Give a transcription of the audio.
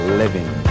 living